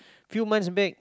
humans make